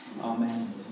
Amen